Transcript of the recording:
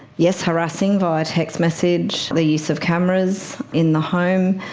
yes, harassing via text message, the use of cameras in the home,